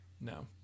no